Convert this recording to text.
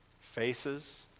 faces